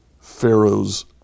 Pharaoh's